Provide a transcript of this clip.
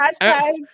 Hashtag